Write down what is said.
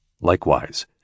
Likewise